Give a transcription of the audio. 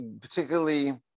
particularly